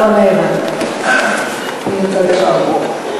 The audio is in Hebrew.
אבל לא מעבר מן הצד השני.